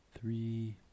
three